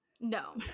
no